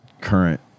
current